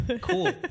Cool